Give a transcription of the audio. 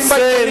נושא,